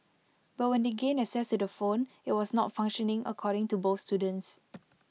but when they gained access to the phone IT was not functioning according to both students